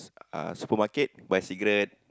uh supermarket buy cigarette